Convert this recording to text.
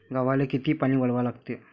गव्हाले किती पानी वलवा लागते?